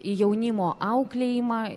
į jaunimo auklėjimą